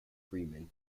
freeman